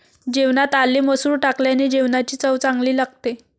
जेवणात आले मसूर टाकल्याने जेवणाची चव चांगली लागते